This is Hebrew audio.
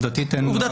עובדתית, אין נוהל.